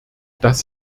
das